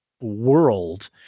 world